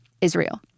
Israel